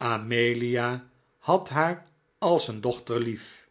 amelia had haar als een dochter lief